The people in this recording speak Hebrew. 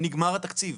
נגמר התקציב.